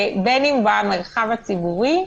בין אם במרחב הציבורי,